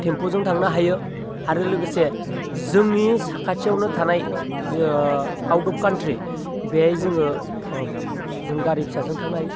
टेम्प'जों थांनो आरो लोगोसे जोंनि साखाथियावनो थानाय आउट अफ काउन्ट्रि बेवहाय जोङो जों गारि फिसाजों थांनो हायो